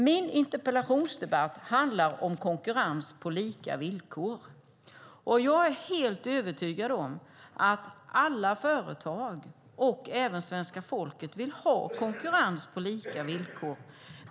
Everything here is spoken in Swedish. Min interpellation handlar om konkurrens på lika villkor, och jag är helt övertygad om att alla företag och även svenska folket vill ha konkurrens på lika villkor.